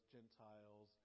Gentiles